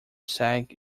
sack